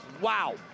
Wow